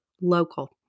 local